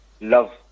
love